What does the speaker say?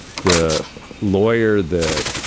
the lawyer that